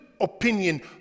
opinion